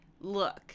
look